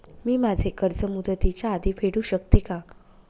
मी माझे कर्ज मुदतीच्या आधी फेडू शकते का?